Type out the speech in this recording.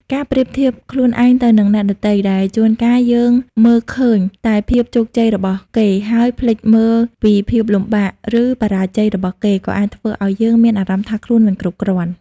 ការប្រៀបធៀបខ្លួនឯងទៅនឹងអ្នកដទៃ ដែលជួនកាលយើងមើលឃើញតែភាពជោគជ័យរបស់គេ ហើយភ្លេចមើលពីភាពលំបាក ឬបរាជ័យរបស់គេ ក៏អាចធ្វើឲ្យយើងមានអារម្មណ៍ថាខ្លួនមិនគ្រប់គ្រាន់។